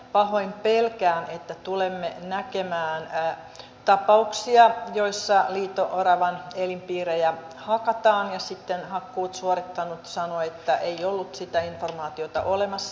pahoin pelkään että tulemme näkemään tapauksia joissa liito oravan elinpiirejä hakataan ja sitten hakkuut suorittanut sanoo että ei ollut sitä informaatiota olemassa